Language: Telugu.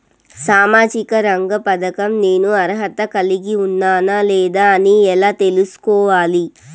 సామాజిక రంగ పథకం నేను అర్హత కలిగి ఉన్నానా లేదా అని ఎలా తెల్సుకోవాలి?